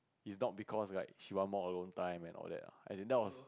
is not because like she want more alone time and all that ah as in that was